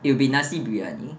it'll be nasi briyani